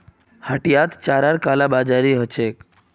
हटियात चारार कालाबाजारी ह छेक